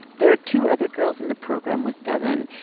there are two other girls in the program with devyn,